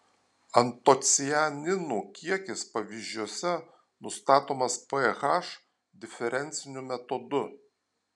antocianinų kiekis pavyzdžiuose nustatomas ph diferenciniu metodu